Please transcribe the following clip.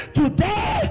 today